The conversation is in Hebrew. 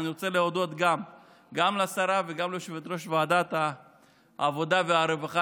אני רוצה להודות גם לשרה וגם ליושבת-ראש ועדת העבודה והרווחה,